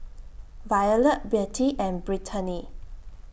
Violette Bette and Brittanie